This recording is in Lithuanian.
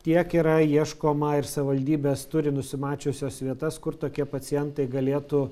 tiek yra ieškoma ir savivaldybės turi nusimačiusios vietas kur tokie pacientai galėtų